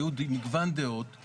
היה מגוון דעות.